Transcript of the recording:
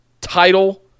title